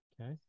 Okay